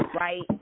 right